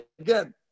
again